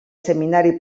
seminari